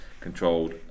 controlled